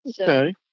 Okay